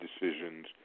decisions